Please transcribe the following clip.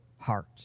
heart